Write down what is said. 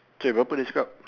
okay open describe